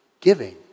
giving